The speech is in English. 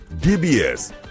DBS